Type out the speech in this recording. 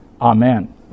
Amen